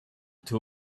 two